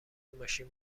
ماشین